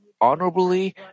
honorably